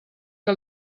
que